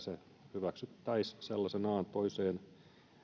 hyväksyttäisiin sellaisenaan toiseen